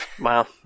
Wow